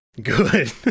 Good